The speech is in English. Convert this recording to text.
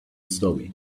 story